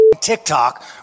tiktok